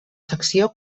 secció